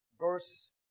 verse